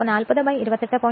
40 28